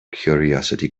curiosity